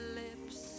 lips